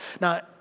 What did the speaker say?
Now